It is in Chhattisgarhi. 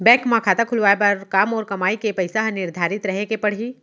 बैंक म खाता खुलवाये बर का मोर कमाई के पइसा ह निर्धारित रहे के पड़ही?